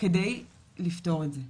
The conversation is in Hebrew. כדי לפתור את זה.